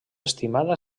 estimada